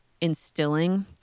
instilling